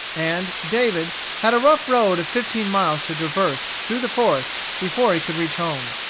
and david had a rough road of fifteen miles to traverse through the forest before he could reach home.